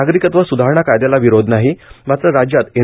नागरिकत्व सुधारणा कायद्याला विरोध नाही मात्र राज्यात एन